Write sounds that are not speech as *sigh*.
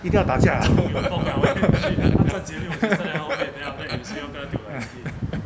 一个要打架 *laughs*